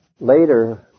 later